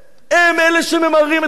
הם אלה שממררים את חייהם.